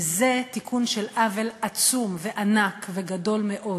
וזה תיקון של עוול עצום וענק וגדול מאוד.